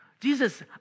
Jesus